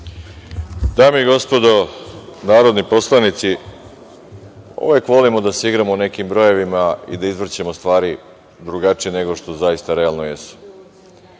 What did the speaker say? Dame i gospodo narodni poslanici, uvek volimo da se igramo nekim brojevima i da izvrćemo stvari drugačije nego što zaista jesu.